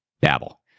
babble